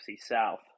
South